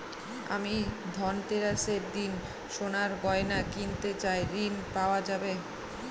আমি ধনতেরাসের দিন সোনার গয়না কিনতে চাই ঝণ পাওয়া যাবে?